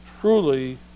truly